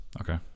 okay